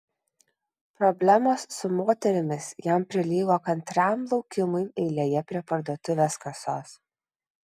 problemos su moterimis jam prilygo kantriam laukimui eilėje prie parduotuvės kasos